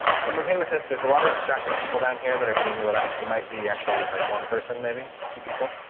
so i'm okay with this. there's a lot of distracting people down here that are being lit up. it might be actually like one person, maybe two people.